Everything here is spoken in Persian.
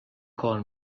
کار